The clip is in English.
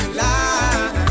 life